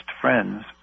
friends